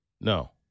No